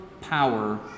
power